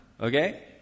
okay